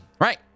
Right